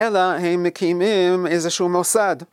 אלא הם מקיימים איזשהו מוסד.